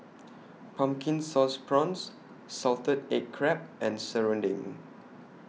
Pumpkin Sauce Prawns Salted Egg Crab and Serunding